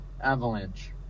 Avalanche